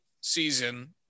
season